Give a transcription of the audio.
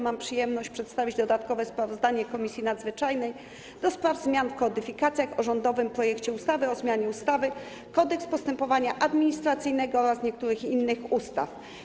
Mam przyjemność przedstawić dodatkowe sprawozdanie Komisji Nadzwyczajnej do spraw zmian w kodyfikacjach o rządowym projekcie ustawy o zmianie ustawy - Kodeks postępowania administracyjnego oraz niektórych innych ustaw.